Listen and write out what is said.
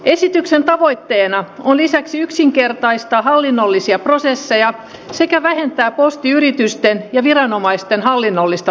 esityksen tavoitteena on lisäksi yksinkertaistaa hallinnollisia prosesseja sekä vähentää postiyritysten ja viranomaisten hallinnollista taakkaa